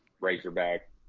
Razorback